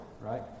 right